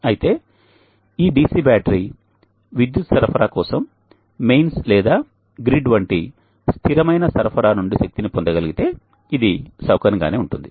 అయితే ఈ DC battery విద్యుత్ సరఫరా కోసం మెయిన్స్ లేదా గ్రిడ్ వంటి స్థిరమైన సరఫరా నుండి శక్తిని పొందగలిగితే ఇది సౌకర్యం గానే ఉంటుంది